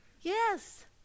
Yes